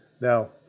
Now